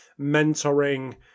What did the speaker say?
mentoring